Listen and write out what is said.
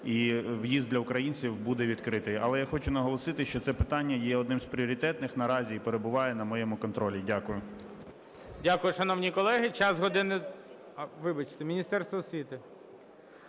і в'їзд для українців буде відкритий. Але я хочу наголосити, що це питання є одним з пріоритетних наразі і перебуває на моєму контролі. Дякую. ГОЛОВУЮЧИЙ. Дякую, шановні колеги.